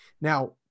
Now